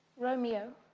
romeo!